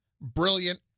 brilliant